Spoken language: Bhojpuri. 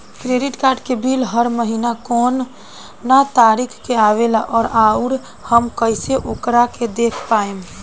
क्रेडिट कार्ड के बिल हर महीना कौना तारीक के आवेला और आउर हम कइसे ओकरा के देख पाएम?